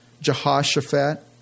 Jehoshaphat